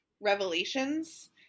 Revelations